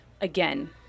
again